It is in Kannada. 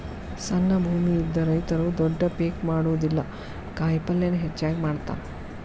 ಸಣ್ಣ ಭೂಮಿ ಇದ್ದ ರೈತರು ದೊಡ್ಡ ಪೇಕ್ ಮಾಡುದಿಲ್ಲಾ ಕಾಯಪಲ್ಲೇನ ಹೆಚ್ಚಾಗಿ ಮಾಡತಾರ